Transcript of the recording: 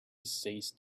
ceased